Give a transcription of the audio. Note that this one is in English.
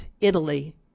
Italy